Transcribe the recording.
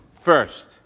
first